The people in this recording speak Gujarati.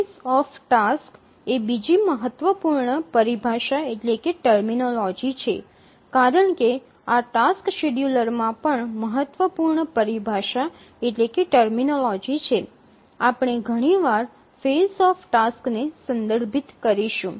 ફેઝ ઓફ ટાસ્ક એ બીજી મહત્વપૂર્ણ પરિભાષા છે કારણ કે આ ટાસ્ક શેડ્યૂલરમાં પણ મહત્વપૂર્ણ પરિભાષા છે આપણે ઘણીવાર ફેઝ ઓફ ટાસ્કને સંદર્ભિત કરીશું